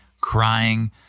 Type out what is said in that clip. crying